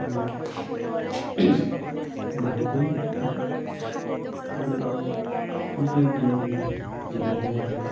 মনত বাৰুকৈয়ে আহে আৰু সেনেকৈয়ে গুণগুণাই জুবিনদাৰ গান